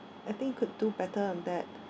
I think could do better on that